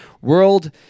World